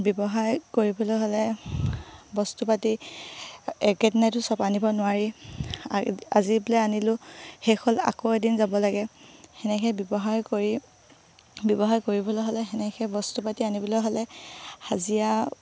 ব্যৱসায় কৰিবলৈ হ'লে বস্তু পাতি একে দিনাইটো চব আনিব নোৱাৰি আজি বোলে আনিলোঁ শেষ হ'ল আকৌ এদিন যাব লাগে সেনেকৈ ব্যৱসায় কৰি ব্যৱসায় কৰিবলৈ হ'লে সেনেকৈ বস্তু পাতি আনিবলৈ হ'লে হাজিৰা